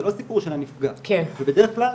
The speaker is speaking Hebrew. זה לא סיפור של הנפגע ובדרך כלל,